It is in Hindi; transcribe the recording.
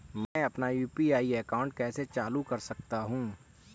मैं अपना यू.पी.आई अकाउंट कैसे चालू कर सकता हूँ?